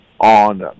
on